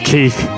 Keith